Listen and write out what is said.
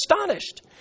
astonished